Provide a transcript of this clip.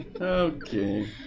Okay